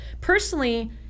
Personally